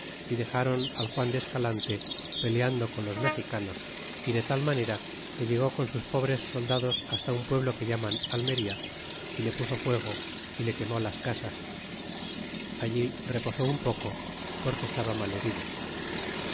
y dexron al juan de escalante peleando con los mexicanos y de tal manera que llegó con sus pobres soldados hasta un pueblo que llaman almería y le puso fuego y le quemó las casas allí reposó un poco porque estaba mal herido